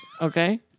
okay